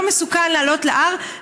היום מסוכן לעלות להר,